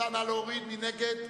מי נגד?